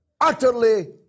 utterly